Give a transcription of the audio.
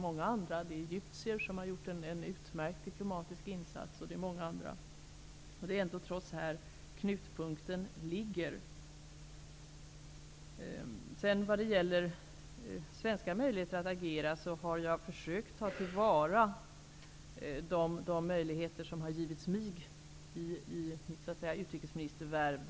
Vidare har egyptier gjort en utmärkt diplomatisk insats, och det har också många andra. Det är ändå trots allt här knutpunkten ligger. När det gäller de svenska möjligheterna att agera vill jag säga att jag har försökt ta till vara de möjligheter som har givits mig i mitt utrikesministervärv.